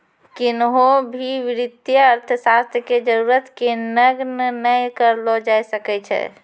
किन्हो भी वित्तीय अर्थशास्त्र के जरूरत के नगण्य नै करलो जाय सकै छै